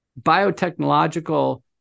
biotechnological